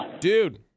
Dude